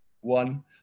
One